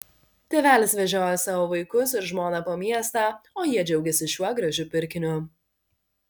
tėvelis vežiojo savo vaikus ir žmoną po miestą o jie džiaugėsi šiuo gražiu pirkiniu